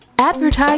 Advertise